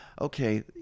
okay